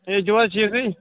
صحت چھُوا ٹھیٖکے